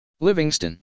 Livingston